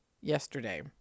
yesterday